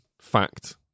fact